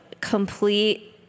complete